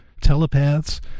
telepaths